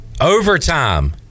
overtime